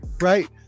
right